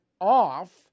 off